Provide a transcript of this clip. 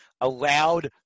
allowed